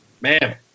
Man